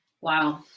Wow